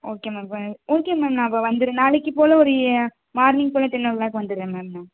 okay ma'am bye okay ma'am நான் அப்போ வந்துடுறேன் நாளைக்கிப் போல் ஒரு ஏ மார்னிங் போல் டென் ஓ கிளாக் வந்துடுறேன் மேம் நான்